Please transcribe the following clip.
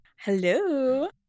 Hello